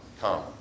come